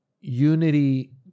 Unity